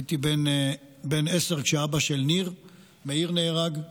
הייתי בן עשר כשאבא של ניר מאיר נהרג,